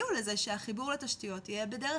יביאו לזה שהחיבור לתשתיות יהיה בדרך